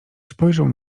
spojrzę